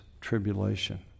tribulation